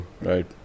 Right